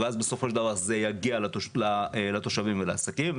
כך שבסופו של דבר זה יגיע לתושבים ולעסקים,